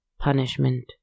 Punishment